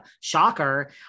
shocker